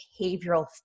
behavioral